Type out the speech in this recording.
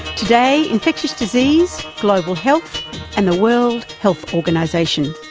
today, infectious disease, global health and the world health organisation.